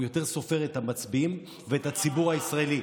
הוא יותר סופר את המצביעים ואת הציבור הישראלי.